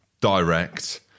direct